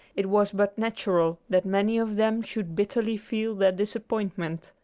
it was but natural that many of them should bitterly feel their disappointment.